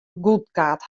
goedkard